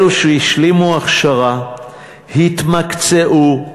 אלו שהשלימו הכשרה, התמקצעו,